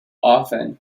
often